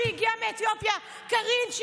מאפס ולא עושה קמפיין.